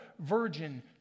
virgin